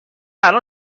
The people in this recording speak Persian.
الان